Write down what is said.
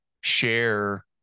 share